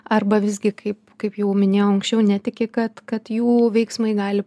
arba visgi kaip kaip jau minėjau anksčiau netiki kad kad jų veiksmai gali